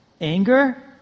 anger